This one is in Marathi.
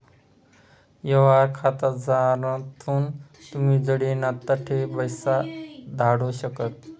यवहार खातामझारथून तुमी जडे नै तठे पैसा धाडू शकतस